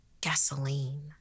gasoline